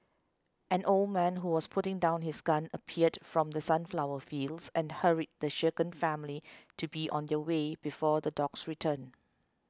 an old man who was putting down his gun appeared from the sunflower fields and hurried the shaken family to be on their way before the dogs return